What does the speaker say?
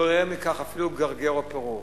לא יראה מכך אפילו גרגר או פירור.